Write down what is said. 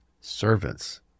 servants